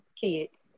kids